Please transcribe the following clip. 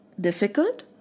difficult